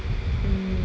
mm